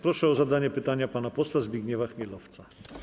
Proszę o zadanie pytania pana posła Zbigniewa Chmielowca.